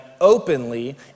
openly